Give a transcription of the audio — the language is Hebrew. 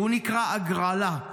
שהוא נקרא הגרלה,